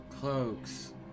Cloaks